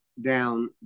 down